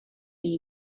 the